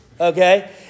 okay